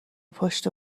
پشت